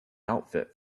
outfit